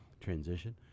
transition